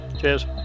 Cheers